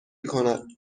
کند